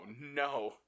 no